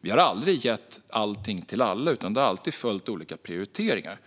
Vi har aldrig gett allting till alla utan har alltid följt olika prioriteringar.